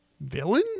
villain